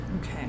Okay